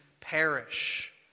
perish